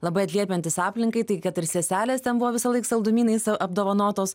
labai atliepiantis aplinkai tai kad ir seselės ten buvo visąlaik saldumynais apdovanotos